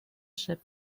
ship